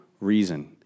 reason